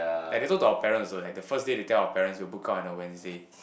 and also to our parents also like the first day they tell our parents will book out on a Wednesday